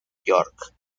york